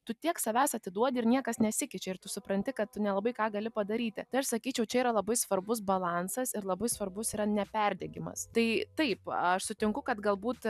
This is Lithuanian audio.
tu tiek savęs atiduodi ir niekas nesikeičia ir tu supranti kad tu nelabai ką gali padaryti tai aš sakyčiau čia yra labai svarbus balansas ir labai svarbus yra ne perdegimas tai taip aš sutinku kad galbūt